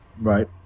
Right